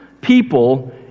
people